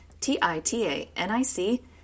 T-I-T-A-N-I-C